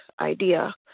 idea